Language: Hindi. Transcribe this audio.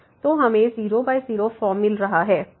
तो हमें 00फॉर्म मिल रहा है